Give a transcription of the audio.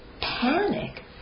panic